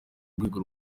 rwego